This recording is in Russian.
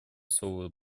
слово